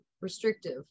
restrictive